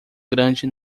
grande